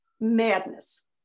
madness